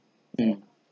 mm